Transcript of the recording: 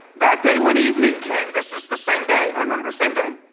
that day when evening came this is the same day remember same day